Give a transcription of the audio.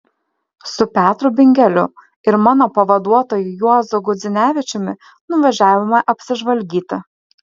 su petru bingeliu ir mano pavaduotoju juozu gudzinevičiumi nuvažiavome apsižvalgyti